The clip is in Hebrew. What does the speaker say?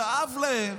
כאב להם,